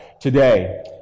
Today